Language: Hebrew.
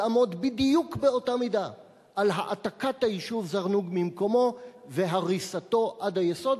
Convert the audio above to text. יעמוד בדיוק באותה מידה על העתקת היישוב זרנוג ממקומו והריסתו עד היסוד,